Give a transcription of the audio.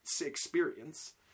experience